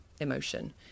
emotion